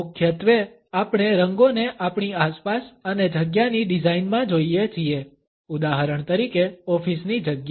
મુખ્યત્વે આપણે રંગોને આપણી આસપાસ અને જગ્યાની ડિઝાઇન માં જોઈએ છીએ ઉદાહરણ તરીકે ઓફિસની જગ્યા